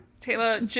Taylor